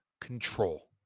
control